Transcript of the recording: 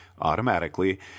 automatically